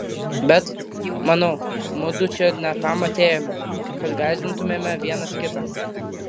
bet manau mudu čia ne tam atėjome kad gąsdintumėme vienas kitą